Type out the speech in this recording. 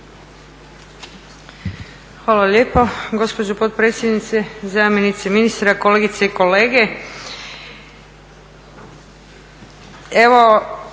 Hvala lijepo gospođo potpredsjednice, zamjenice ministra, kolegice i kolege.